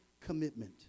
commitment